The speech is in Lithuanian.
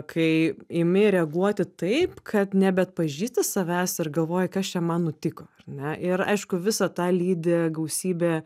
kai imi reaguoti taip kad nebeatpažįsti savęs ir galvoji kas čia man nutiko ar ne ir aišku visą tą lydi gausybė